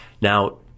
Now